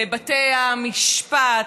בתי המשפט,